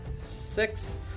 Six